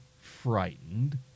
frightened